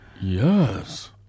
Yes